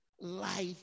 life